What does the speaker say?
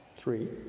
Three